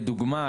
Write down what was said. כדוגמה,